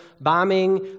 bombing